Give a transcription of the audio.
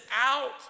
out